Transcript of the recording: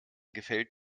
gefällt